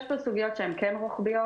יש פה סוגיות שהן כן רוחביות.